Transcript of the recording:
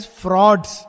frauds